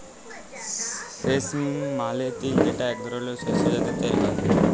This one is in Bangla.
সেসম মালে তিল যেটা এক ধরলের শস্য যাতে তেল হ্যয়ে